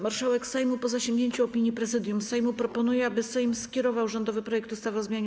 Marszałek Sejmu, po zasięgnięciu opinii Prezydium Sejmu, proponuje, aby Sejm skierował rządowy projekt ustawy o zmianie